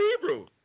Hebrew